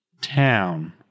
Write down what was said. town